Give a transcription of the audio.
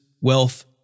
wealth